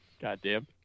Goddamn